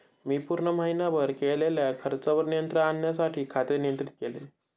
मी पूर्ण महीनाभर केलेल्या खर्चावर नियंत्रण आणण्यासाठी खाते नियंत्रित केले